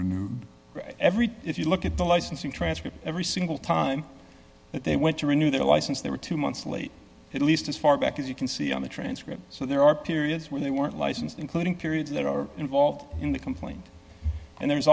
were new every day if you look at the licensing transcript every single time that they went to renew their license they were two months late at least as far back as you can see on the transcript so there are periods where they weren't licensed including periods that are involved in the complaint and there's